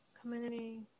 community